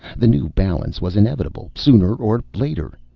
the new balance was inevitable, sooner or later.